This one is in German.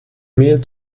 mehl